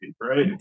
right